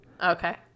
Okay